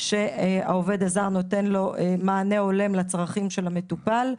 שהעובד הזר נותן מענה הולם לצרכים של המטופל.